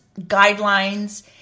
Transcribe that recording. guidelines